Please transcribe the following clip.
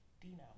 Dino